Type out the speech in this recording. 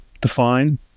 define